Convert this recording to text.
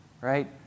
right